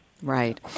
Right